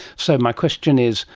so my question is,